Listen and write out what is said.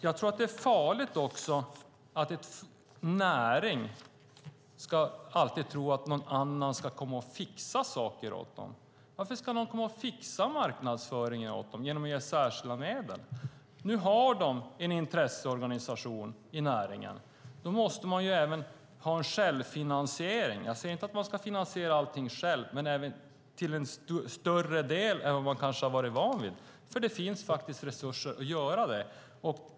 Jag tror att det är farligt om en näring ska tro att någon annan ska komma och fixa saker åt dem. Varför ska någon komma och fixa marknadsföringen åt dem genom särskilda medel? Nu har de en intresseorganisation i näringen, och då måste man även ha en självfinansiering. Jag säger inte att man ska finansiera allting själv, men till en större del än vad man kanske har varit van vid. Det finns faktiskt resurser för att göra det.